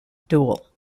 duel